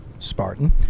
Spartan